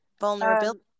vulnerability